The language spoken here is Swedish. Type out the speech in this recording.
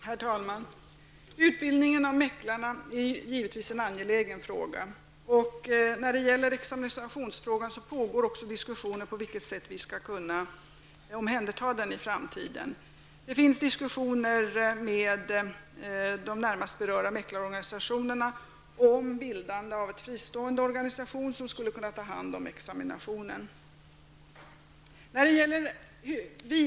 Herr talman! Utbildningen av mäklarna är givetvis en angelägen fråga, och det pågår också diskussioner om hur examinationen i framtiden skall vara ordnad. Det har förts diskussioner med de närmast berörda mäklarorganisationerna om bildandet av en fristående organisation, som skulle kunna ta hand om examinationen.